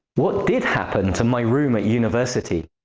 what did happen to my room at university?